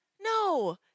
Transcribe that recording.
No